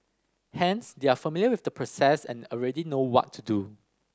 hence they are familiar with the process and already know what to do